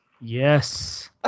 Yes